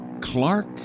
Clark